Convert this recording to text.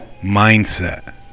mindset